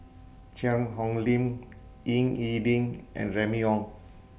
Cheang Hong Lim Ying E Ding and Remy Ong